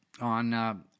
on